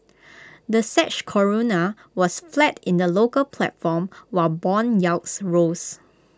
the Czech Koruna was flat in the local platform while Bond yields rose